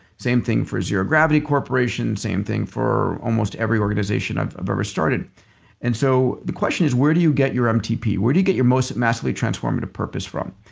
same thing for zero gravity corporation. same thing for almost every organization i've but ever started and so the question is where do you get your mtp? where do you get your massively transformative purpose from?